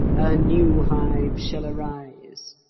a new hive shall arise.